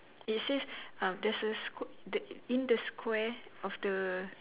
it says uh this is sq~ the in the square of the